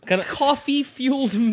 coffee-fueled